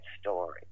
story